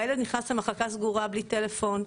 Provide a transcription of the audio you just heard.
והילד נכנס למחלקה סגורה בלי טלפון.